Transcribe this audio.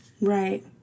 right